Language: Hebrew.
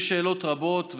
יש שאלות רבות,